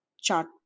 chart